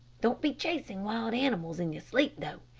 don't be chasing wild animals in your sleep, though.